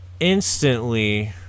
instantly